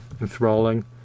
enthralling